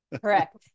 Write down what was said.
Correct